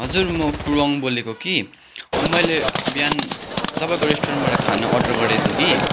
हजुर म कुरोङ बोलेको कि अँ मैले बिहान तपाईँको रेस्टुरेनबाट खाना अर्डर गरेको थिएँ कि